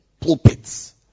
pulpits